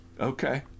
Okay